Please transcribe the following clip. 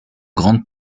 grande